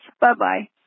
Bye-bye